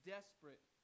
Desperate